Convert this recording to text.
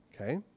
okay